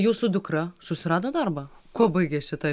jūsų dukra susirado darbą kuo baigėsi ta